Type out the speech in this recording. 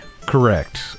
Correct